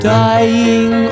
dying